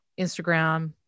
Instagram